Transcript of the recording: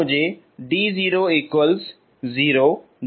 यह मुझे d00 देगा